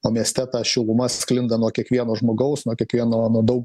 o mieste ta šiluma sklinda nuo kiekvieno žmogaus nuo kiekvieno nuo daug